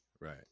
right